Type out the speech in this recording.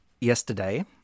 yesterday